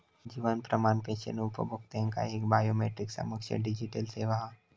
जीवन प्रमाण पेंशन उपभोक्त्यांका एक बायोमेट्रीक सक्षम डिजीटल सेवा हा